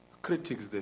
Critics